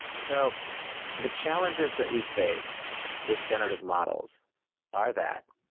so the challenges that we face with generative models are that.